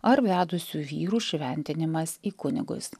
ar vedusių vyrų įšventinimas į kunigus